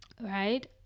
right